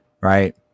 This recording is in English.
right